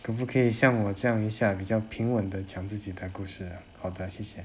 可不可以像我这样一下比较平稳地讲自己的故事 ah 好的谢谢